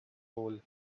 hole